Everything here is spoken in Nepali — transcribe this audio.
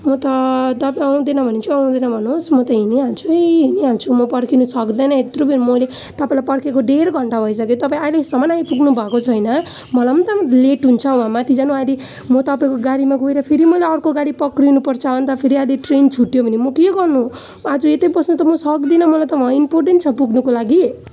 म त तपाईँ आउँदैन भने चाहिँ आउँदैन भन्नुहोस् म त हिँडिहाल्छु है हिँडिहाल्छु म पर्खिनु सक्दैन यत्रो बेर मैले तपाईँलाई पर्खेको डेढ घन्टा भइसक्यो तपाईँ अहिलेसम्म आइपुग्नुभएको छैन मलाई पनि त लेट हुन्छ वहाँ माथि जानु अहिले म तपाईँको गाडीमा गएर फेरि मलाई अर्को गाडी पक्रिनुपर्छ अन्त फेरि अहिले ट्रेन छुट्यो भने म के गर्नु आज यतै बस्नु त म सक्दिनँ मलाई त वहाँ इम्पोर्टेन छ पुग्नुको लागि